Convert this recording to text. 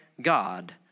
God